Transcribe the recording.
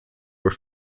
were